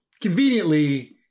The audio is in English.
conveniently